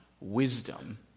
wisdom